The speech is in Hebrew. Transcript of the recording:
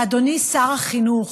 ואדוני שר החינוך,